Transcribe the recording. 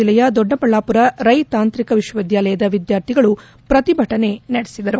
ಜಿಲ್ಲೆಯ ದೊಡ್ಡಬಳ್ಣಾಪುರ ರೈ ತಾಂತ್ರಿಕ ವಿಶ್ವವಿದ್ಯಾಲಯದ ವಿದ್ಯಾರ್ಥಿಗಳು ಪ್ರತಿಭಟನೆ ಇಂದು ನಡೆಸಿದರು